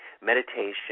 Meditation